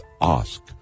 ask